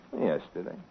Yesterday